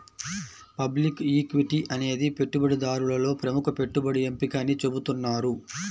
public equity అనేది పెట్టుబడిదారులలో ప్రముఖ పెట్టుబడి ఎంపిక అని చెబుతున్నారు